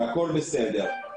והכול בסדר.